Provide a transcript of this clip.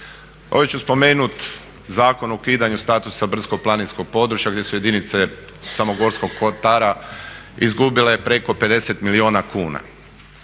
Ovdje ću spomenuti Zakon o ukidanju statusa brdsko-planinskog područja gdje su jedinice samog Gorskog kotara izgubile preko 50 milijuna kuna.